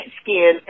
skin